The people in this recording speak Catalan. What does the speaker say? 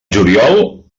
juliol